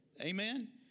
Amen